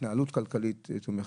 התנהלות כלכלית תומכת.